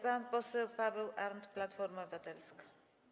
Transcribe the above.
Pan poseł Paweł Arndt, Platforma Obywatelska.